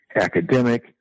academic